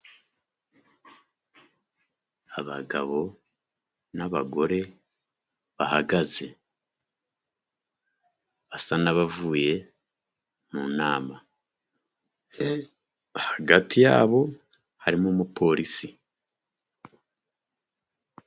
Abagabo n'abagore bahagaze, basa nabavuye mu nama, hagati yabo harimo umupolisi.